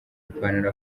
ipantaro